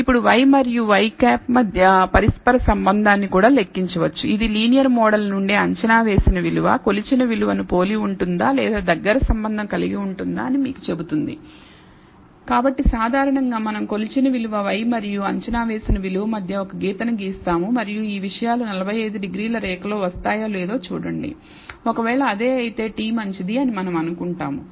ఇప్పుడు y మరియు y టోపీల మధ్య పరస్పర సంబంధాన్ని కూడా లెక్కించవచ్చు ఇది లీనియర్ మోడల్ నుండి అంచనా వేసిన విలువ కొలిచిన విలువను పోలి ఉంటుందా లేదా దగ్గరి సంబంధం కలిగి ఉంటుందా అని మీకు చెబుతుంది కాబట్టి సాధారణంగా మనం కొలిచిన విలువ y మరియు అంచనా వేసిన విలువ మధ్య ఒక గీతను గీస్తాము మరియు ఈ విషయాలు 45 డిగ్రీల రేఖలో వస్తాయో లేదో చూడండి ఒకవేళ అదే అయితే t మంచిది అని మనం అనుకుంటాము